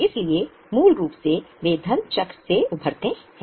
इसलिए मूल रूप से वे धन चक्र से उभरते हैं